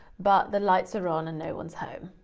but the lights are on and no one's home.